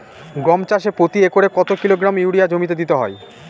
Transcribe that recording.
গম চাষে প্রতি একরে কত কিলোগ্রাম ইউরিয়া জমিতে দিতে হয়?